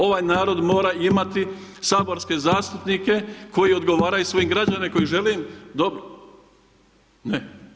Ovaj narod mora imati saborske zastupnike koji odgovaraju svojim građanima koji im žele dobro, ne.